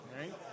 Right